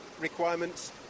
requirements